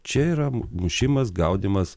čia yra mušimas gaudymas